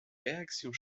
réactions